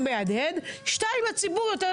וגם אם תנופפי לי עם תקנון הכנסת,